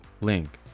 Link